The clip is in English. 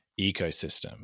ecosystem